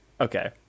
Okay